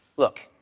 look,